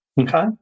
okay